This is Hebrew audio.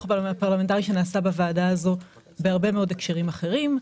הפרלמנטרי שנעשה בוועדה הזאת בהרבה מאוד הקשרים אחרים.